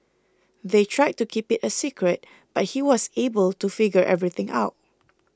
they tried to keep it a secret but he was able to figure everything out